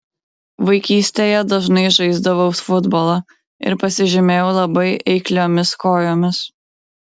vaikystėje dažnai žaisdavau futbolą ir pasižymėjau labai eikliomis kojomis